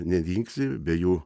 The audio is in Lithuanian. nedingsi be jų